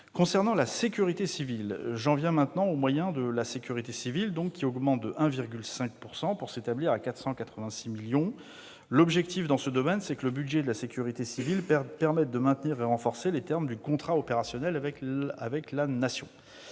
de manière déterminée. J'en viens maintenant aux moyens de la sécurité civile, qui augmentent de 1,5 %, pour s'établir à 486 millions d'euros. L'objectif, dans ce domaine, c'est que le budget de la sécurité civile permette de maintenir et de renforcer les termes du contrat opérationnel avec la Nation.